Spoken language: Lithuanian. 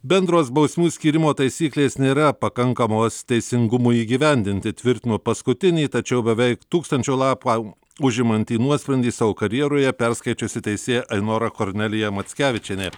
bendros bausmių skyrimo taisyklės nėra pakankamos teisingumui įgyvendinti tvirtino paskutinį tačiau beveik tūkstančio lapą užimantį nuosprendį savo karjeroje perskaičiusi teisėja ainora kornelija mackevičienė